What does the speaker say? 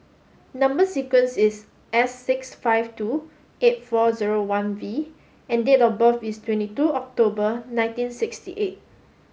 number sequence is S six five two eight four zero one V and date of birth is twenty two October nineteen sixty eight